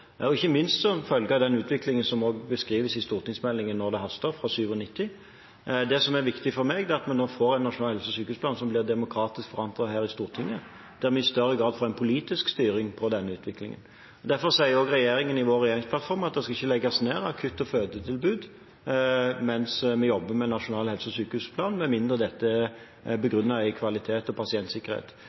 og ikke minst som følge av den utviklingen som også beskrives i stortingsmeldingen fra 1997 og i utredningen «Hvis det haster …». Det som er viktig for meg, er at vi nå får en nasjonal helse- og sykehusplan som blir demokratisk forankret her i Stortinget, der vi i større grad får en politisk styring av denne utviklingen. Derfor sier også regjeringen i sin regjeringsplattform at det ikke skal legges ned akutt- og fødetilbud mens vi jobber med nasjonal helse- og sykehusplan med mindre dette er begrunnet i kvalitet og pasientsikkerhet.